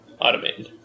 Automated